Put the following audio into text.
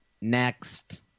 next